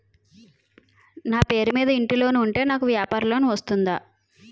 నా పేరు మీద ఇంటి లోన్ ఉంటే నాకు వ్యాపార లోన్ వస్తుందా?